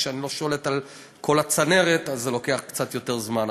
כשאני לא שולט על כל הצנרת אז זה לוקח קצת יותר זמן,